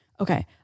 Okay